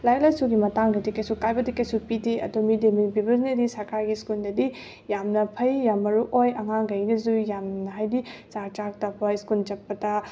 ꯂꯥꯏꯔꯤꯛ ꯂꯥꯏꯁꯨꯒꯤ ꯃꯇꯥꯡꯗꯗꯤ ꯀꯩꯁꯨ ꯀꯥꯏꯕꯗꯤ ꯀꯩꯁꯨ ꯄꯤꯗꯦ ꯑꯗꯨꯝ ꯃꯤꯠ ꯗꯦ ꯃꯤꯜ ꯄꯤꯕꯁꯤꯅꯗꯤ ꯁ꯭ꯔꯀꯥꯔꯒꯤ ꯁ꯭ꯀꯨꯜꯗꯗꯤ ꯌꯥꯝꯅ ꯐꯩ ꯌꯥꯝ ꯃꯔꯨ ꯑꯣꯏ ꯑꯉꯥꯡꯈꯩꯗꯁꯨ ꯌꯥꯝꯅ ꯍꯥꯏꯗꯤ ꯆꯥꯛ ꯆꯥꯔꯛꯇꯕ ꯁ꯭ꯀꯨꯟ ꯆꯠꯄꯗ